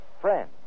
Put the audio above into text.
Friend